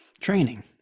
training